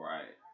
Right